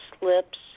slips